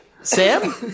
Sam